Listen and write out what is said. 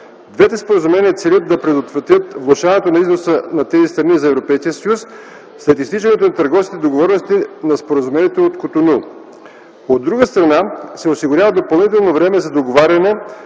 Двете споразумения целят да предотвратят влошаването на износа на тези страни за Европейския съюз след изтичането на търговските договорености на Споразумението от Котону. От друга страна, се осигурява допълнително време за договаряне